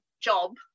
job